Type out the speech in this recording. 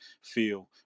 feel